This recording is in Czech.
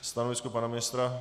Stanovisko pana ministra?